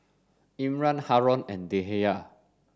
Imran Haron and Dhia